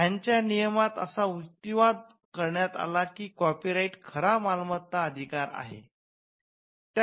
अॅनच्या नियमात असा युक्तिवाद करण्यात आला की कॉपीराइट खरा मालमत्ता अधिकार आहे